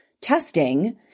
testing